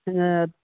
नोङो